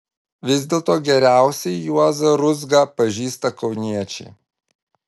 vis dėlto geriausiai juozą ruzgą pažįsta kauniečiai